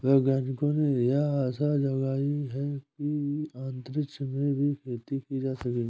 वैज्ञानिकों ने यह आशा जगाई है कि अंतरिक्ष में भी खेती की जा सकेगी